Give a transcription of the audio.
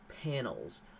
panels